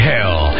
Hell